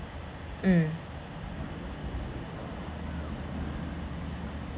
mm